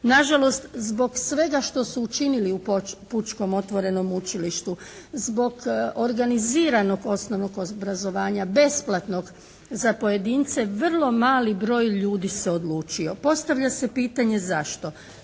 Nažalost, zbog svega što su učinili u Pučkom otvorenom učilištu, zbog organiziranog osnovnog obrazovanja besplatnog za pojedince, vrlo mali broj ljudi se odlučio. Postavlja se pitanje zašto?